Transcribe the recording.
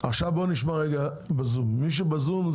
עכשיו נשמע את מי שבזום.